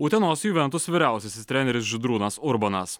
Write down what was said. utenos juventus vyriausiasis treneris žydrūnas urbonas